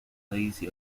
paesi